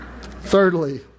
Thirdly